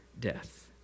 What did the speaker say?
death